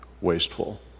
wasteful